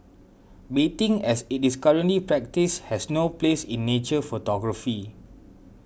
baiting as it is currently practised has no place in nature photography